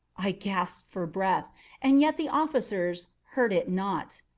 i gasped for breath and yet the officers heard it not.